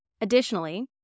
Additionally